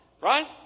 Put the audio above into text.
right